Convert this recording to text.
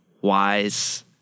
wise